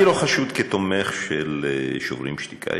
אני לא חשוד כתומך של "שוברים שתיקה",